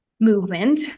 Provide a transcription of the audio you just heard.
Movement